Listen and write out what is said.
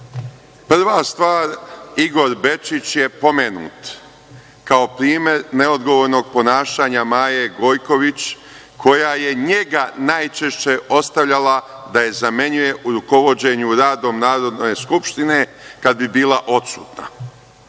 Prva stvar, Igor Bečić je pomenut kao primer neodgovornog ponašanja Maje Gojković koja je njega najčešće ostavljala da je zamenjuje u rukovođenju radom Narodne skupštine kada bi bila odsutna